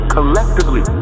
Collectively